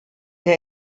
der